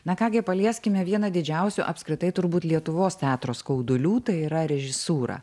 na ką gi palieskime vieną didžiausių apskritai turbūt lietuvos teatro skaudulių tai yra režisūra